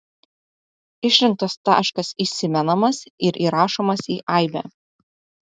išrinktas taškas įsimenamas ir įrašomas į aibę